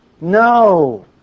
No